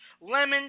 Lemon